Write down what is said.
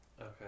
Okay